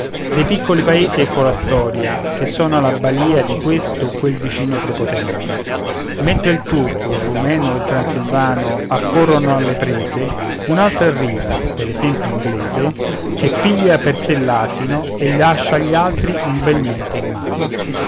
dei piccoli paesi ecco la storia che sono alla balìa di questo o quel vicino prepotente mentre il turco il rumeno o il transilvano accorrono alle prese un altro arriva per esempio inglese che piglia per sé l'asino e lascia agli altri un bel niente in mano